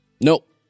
Nope